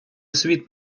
світ